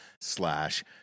slash